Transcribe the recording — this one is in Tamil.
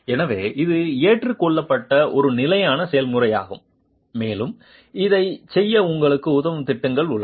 எனவே இது ஏற்றுக்கொள்ளப்பட்ட ஒரு நிலையான செயல்முறையாகும் மேலும் இதைச் செய்ய உங்களுக்கு உதவும் திட்டங்கள் உள்ளன